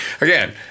Again